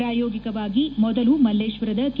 ಪ್ರಾಯೋಗಿಕವಾಗಿ ಮೊದಲು ಮಲ್ಲೇಶ್ವರದ ಕೆ